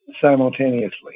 simultaneously